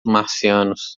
marcianos